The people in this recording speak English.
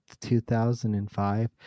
2005